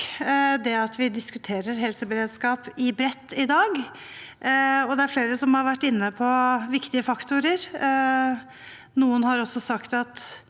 vi diskuterer helseberedskap bredt i dag. Det er flere som har vært inne på viktige faktorer. Noen har også sagt at